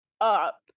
up